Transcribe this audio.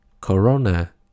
Corona